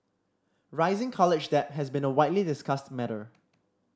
rising college debt has been a widely discussed matter